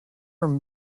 are